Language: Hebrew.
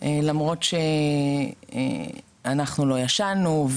למרות שאנחנו לא ישנו,